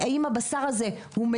הן עברו הסבות,